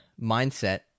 mindset